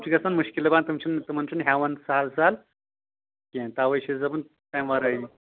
تِم چھِ گژھان مُشکِل دپان تِم چھِنہٕ تِمن چھُنہٕ ہٮ۪وَن سہل سہل کیٚنٛہہ تَوے چھُس دپان تمہِ ورٲیی